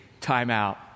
timeout